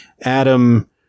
Adam